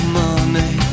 money